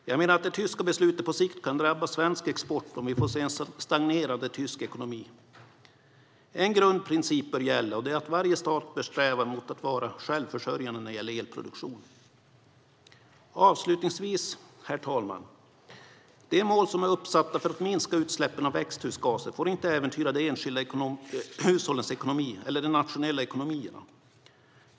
Jag menar att det tyska beslutet på sikt kan drabba svensk export om vi får se en stagnerande tysk ekonomi. En grundprincip bör gälla, och det är att varje stat bör sträva mot att vara självförsörjande när det gäller elproduktion. Avslutningsvis, herr talman, får de mål som är uppsatta för att minska utsläppen av växthusgaser inte äventyra de enskilda hushållens ekonomi eller de nationella ekonomierna.